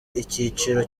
icyiciro